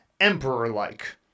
emperor-like